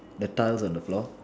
the tiles on the floor